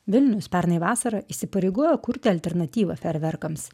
vilnius pernai vasarą įsipareigojo kurti alternatyvą feerverkams